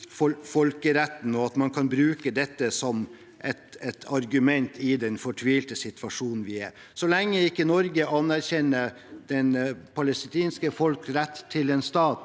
og at man kan bruke det som et argument i den fortvilte situasjonen vi er i. Så lenge Norge ikke anerkjenner det palestinske folkets rett til en stat,